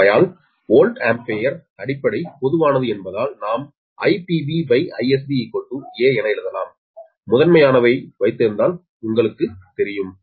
ஆகையால் volt ampere அடிப்படை பொதுவானது என்பதால் நாம் IpBIsB a ஐ எழுதலாம் முதன்மையானவை வைத்திருந்தால் உங்களுக்குத் தெரியும்